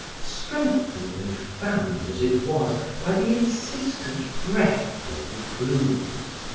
strengthened and fanned as it was by the insistent breath of the blues.